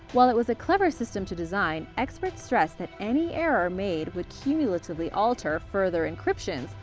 while it was a clever system to design, experts stress that any error made would cumulatively alter further encryptions,